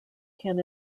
can